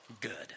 good